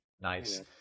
nice